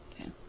Okay